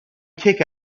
kick